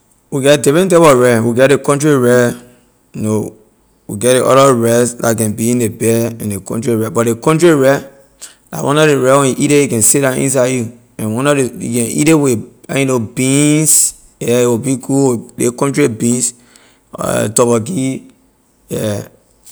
We get different type of rice we get ley country rice no we get ley other rice la can be in ley bad and ley country rice but ley country rice la one of ley rice when you eat ley a can sit down inside you and one nor ley you can eat ley with you know beans yeah a will be good with ley country beans torgbogee yeah.